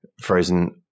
frozen